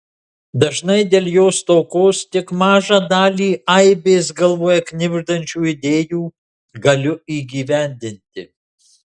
dažnai dėl jo stokos tik mažą dalį aibės galvoje knibždančių idėjų galiu įgyvendinti